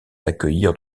d’accueillir